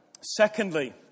Secondly